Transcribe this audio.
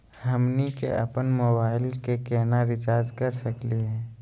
हमनी के अपन मोबाइल के केना रिचार्ज कर सकली हे?